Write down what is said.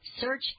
Search